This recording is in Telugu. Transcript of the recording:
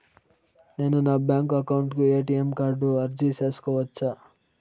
నేను నా బ్యాంకు అకౌంట్ కు ఎ.టి.ఎం కార్డు అర్జీ సేసుకోవచ్చా?